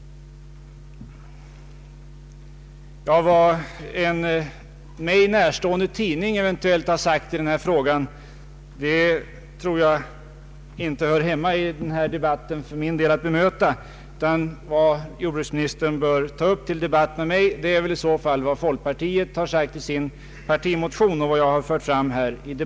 Vad en mig närstående tidning eventuellt har sagt i denna fråga tror jag inte att jag behöver bemöta i den här debatten. Vad jordbruksministern bör ta upp till debatt med mig är väl vad folkpartiet anfört i sin partimotion och vad jag yttrat.